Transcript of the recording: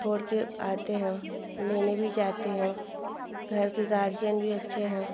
छोड़कर आते हैं लेने भी जाते हैं घर के गर्जियन भी अच्छे हैं